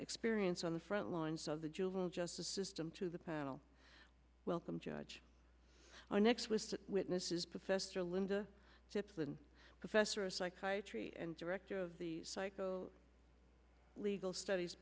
experience on the front lines of the juvenile justice system to the panel welcome judge our next list witnesses professor linda tripp's and professor of psychiatry and director of the psycho legal studies